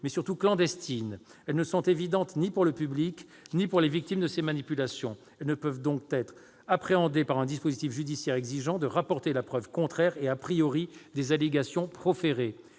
mais surtout clandestines : elles ne sont évidentes ni pour le public ni pour les victimes de ces manipulations. Elles ne peuvent donc être appréhendées par un dispositif judiciaire exigeant de rapporter la preuve contraire et des allégations proférées.